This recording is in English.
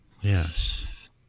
Yes